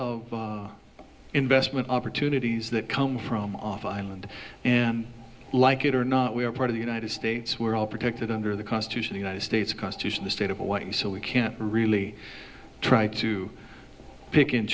of investment opportunities that come from off island and like it or not we are part of the united states we're all protected under the constitution united states constitution the state of hawaii so we can't really try to pick and